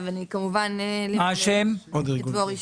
אני מצטרפת לדברים שאמרו כולם